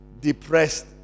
Depressed